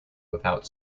without